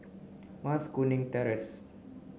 Mas Kuning Terrace